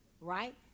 right